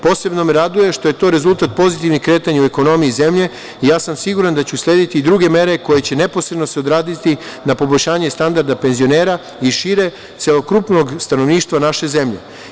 Posebno me raduje što je to rezultat pozitivnih kretanja u ekonomiji zemlje i ja sam siguran da će uslediti i druge mere koje će se neposredno odraziti na poboljšanje standarda penzionera i šire, celokupnog stanovništva naše zemlje.